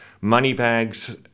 moneybags